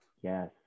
Yes